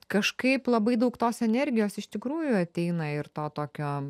kažkaip labai daug tos energijos iš tikrųjų ateina ir to tokio